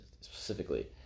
specifically